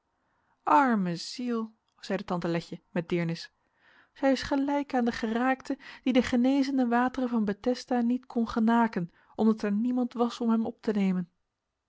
arme ziel zeide tante letje met deernis zij is gelijk aan den geraakte die de genezende wateren van bethesda niet kon genaken omdat er niemand was om hem op te nemen